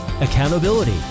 accountability